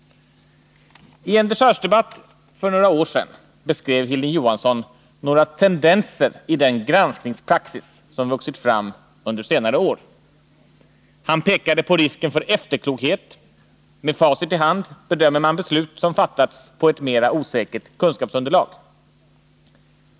I en dechargedebatt för några år sedan beskrev Hilding Johansson några tendenser i den granskningspraxis som vuxit fram under senare år. Han pekade på risken för efterklokhet — med facit i hand bedömer man beslut som Nr 145 fattats på ett mera osäkert kunskapsunderlag.